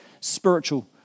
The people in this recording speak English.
spiritual